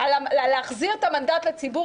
על החזרת את המנדט לציבור,